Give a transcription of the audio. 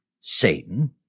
Satan